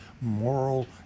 moral